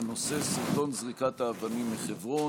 בנושא: סרטון זריקת האבנים מחברון.